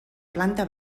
planta